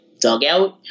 dugout